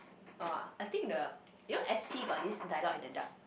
orh I think the you know S_P got this dialogue in the dark